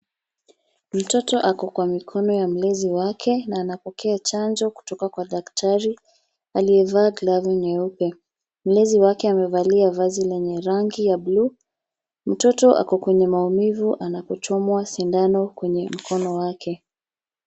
Mtoto ako kwa mkono ya mlezi wake na anapokea chanjo kutoka kwa daktari, amevaa glavu nyeupe. Mlezi wake amevalia vazi lenye rangi ya buluu. Mtoto ako kwenye maumivu anapochomwa sindano kwenye mkono wake.